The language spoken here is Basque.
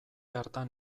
hartan